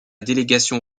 délégation